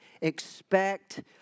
expect